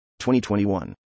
2021